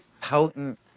potent